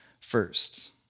first